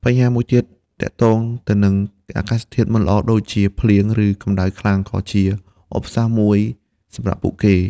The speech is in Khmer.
បញ្ហាមួយផ្សេងទៀតទាក់ទងទៅនឹងអាកាសធាតុមិនល្អដូចជា ភ្លៀង ឬកំដៅខ្លាំង ក៏ជាឧបសគ្គមួយសម្រាប់ពួកគេ។